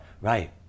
right